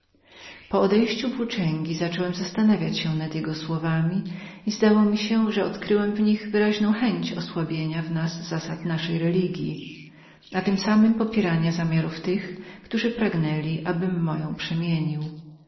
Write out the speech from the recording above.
po odejściu włóczęgi zacząłem zastanawiać się nad jego słowami i zdało mi się że odkryłem w nim wyraźną chęć osłabienia u nas zasad naszych religji a tem samem popierania zamiarów tych którzy pragnęli abym moją przemienił